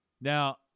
Now